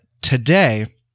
today